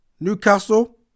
Newcastle